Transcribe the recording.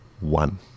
One